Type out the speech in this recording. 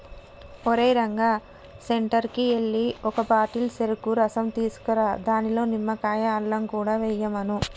ఓరేయ్ రంగా సెంటర్కి ఎల్లి ఒక బాటిల్ సెరుకు రసం తీసుకురా దానిలో నిమ్మకాయ, అల్లం కూడా ఎయ్యమను